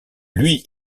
lui